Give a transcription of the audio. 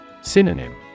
Synonym